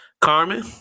Carmen